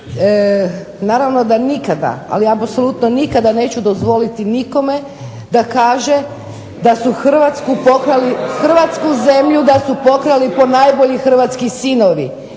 Naravno da nikada, ali apsolutno nikada neću dozvoliti nikome da kaže da su Hrvatsku pokrali, Hrvatsku zemlju da su pokrali ponajbolji hrvatski sinovi.